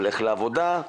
הולך לעבודה,